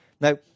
Now